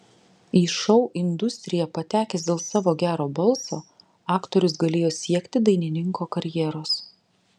į šou industriją patekęs dėl savo gero balso aktorius galėjo siekti dainininko karjeros